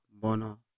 bono